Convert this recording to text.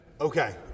Okay